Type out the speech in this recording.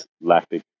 lactic